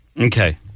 Okay